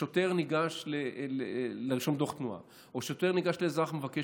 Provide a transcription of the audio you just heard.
שוטר ניגש לרשום דוח תנועה או שוטר ניגש לאזרח ומבקש